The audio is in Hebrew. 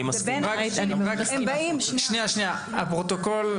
אנשים רוצים ללמוד